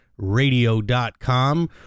Radio.com